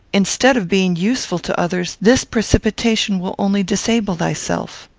instead of being useful to others, this precipitation will only disable thyself.